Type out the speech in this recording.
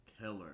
killer